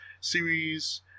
series